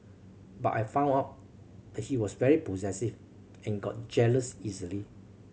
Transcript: but I found out he was very possessive and got jealous easily